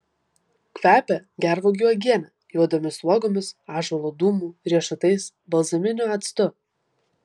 kvepia gervuogių uogiene juodomis uogomis ąžuolo dūmu riešutais balzaminiu actu